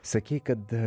sakei kad